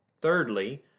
Thirdly